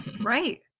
Right